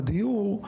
הדיור,